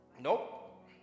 Nope